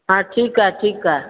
हा ठीकु आहे ठीकु आहे